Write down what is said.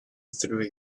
through